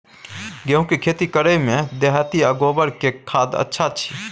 गेहूं के खेती करे में देहाती आ गोबर के खाद अच्छा छी?